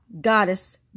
goddess